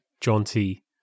jaunty